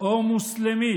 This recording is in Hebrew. או מוסלמי